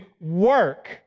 work